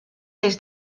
des